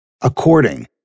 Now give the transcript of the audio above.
According